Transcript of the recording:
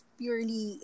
purely